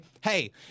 hey